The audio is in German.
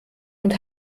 und